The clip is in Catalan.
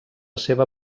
seva